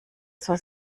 zur